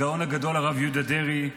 הגאון הגדול הרב יהודה דרעי.